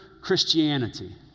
Christianity